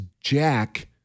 Jack